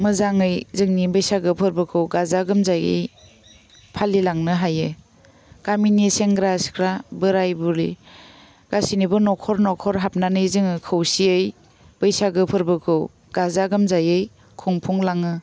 मोजाङै जोंनि बैसागो फोरबोखौ गाजा गोमजायै फालिलांनो हायो गामिनि सेंग्रा सिख्ला बोराइ बुरि गासिनिबो नखर नखर हाबनानै जोङो खौसेयै बैसागो फोरबोखौ गाजा गोमजायै खुंफुंलाङो